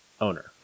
owner